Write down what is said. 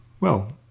well,